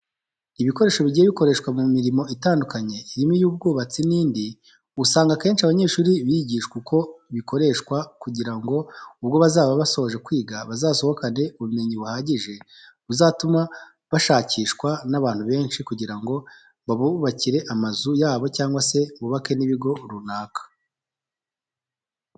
Ibikoresho bigiye bikoreshwa mu mirimo itandukanye irimo iy'ubwubatsi n'indi, usanga akenshi abanyeshuri bigishwa uko bikoreshwa kugira ngo ubwo bazaba basoje kwiga bazasohokane ubumenyi buhagije buzatuma bashakishwa n'abantu benshi kugira ngo babubakire amazu yabo cyangwa se bubake n'ibigo runaka.